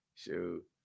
shoot